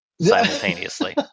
simultaneously